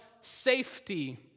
safety